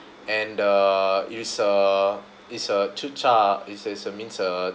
and the it's uh it's a zi char it's uh means uh